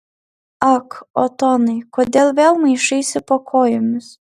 ak otonai kodėl vėl maišaisi po kojomis